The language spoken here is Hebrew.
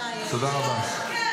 תודה רבה.